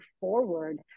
forward